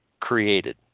created